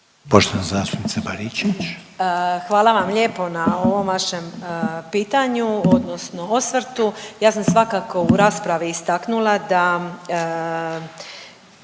**Baričević, Danica (HDZ)** Hvala vam lijepo na ovom vašem pitanju odnosno osvrtu. Ja sam svakako u raspravi istaknula da